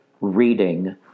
reading